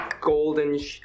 golden